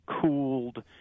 cooled